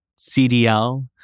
CDL